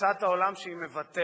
תפיסת העולם שהיא מבטאת,